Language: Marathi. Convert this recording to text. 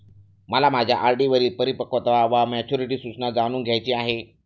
मला माझ्या आर.डी वरील परिपक्वता वा मॅच्युरिटी सूचना जाणून घ्यायची आहे